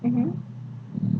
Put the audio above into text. mmhmm